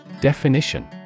Definition